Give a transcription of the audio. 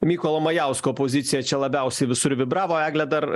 mykolo majausko pozicija čia labiausiai visur vibravo egle dar